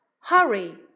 Hurry